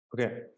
Okay